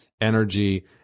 Energy